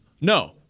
No